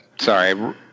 sorry